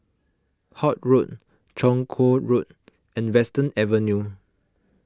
Holt Road Chong Kuo Road and Western Avenue